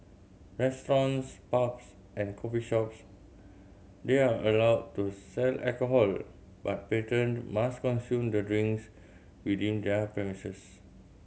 restaurants pubs and coffee shops there allowed to sell alcohol but patrons must consume the drinks within their premises